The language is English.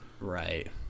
Right